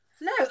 No